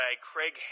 Craig